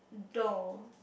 though